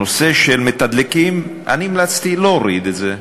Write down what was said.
הנושא של מתדלקים, אני המלצתי להוריד את זה.